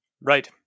Right